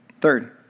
Third